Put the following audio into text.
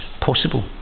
possible